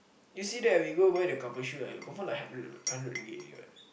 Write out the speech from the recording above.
you see that we go buy the couple shoe like confirm like hundred hundred ringgit already what